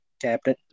captain